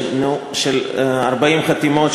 של 40 חתימות,